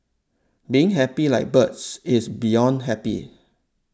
being happy like bird is beyond happy